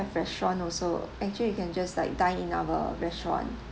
restaurant also actually you can just like dine in our restaurant